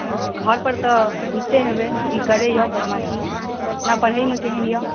घरपर तऽ बुझिते हेबै कि करैए बदमासी ओना पढ़यमे केहन यए